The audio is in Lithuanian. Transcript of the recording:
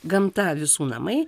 gamta visų namai